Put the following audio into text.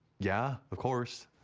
yeah, of course.